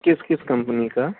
کس کس کمپنی کا